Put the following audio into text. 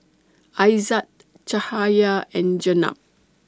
Aizat Jahaya and Jenab